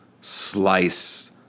slice